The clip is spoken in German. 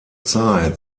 zeit